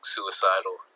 Suicidal